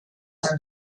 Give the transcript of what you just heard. han